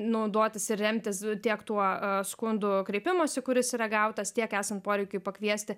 naudotis ir remtis tiek tuo skundu kreipimųsi kuris yra gautas tiek esant poreikiui pakviesti